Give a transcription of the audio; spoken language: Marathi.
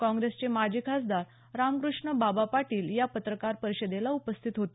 काँग्रेसचे माजी खासदार रामक्रष्ण बाबा पाटील या पत्रकार परिषदेला उपस्थित होते